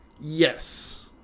Yes